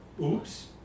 oops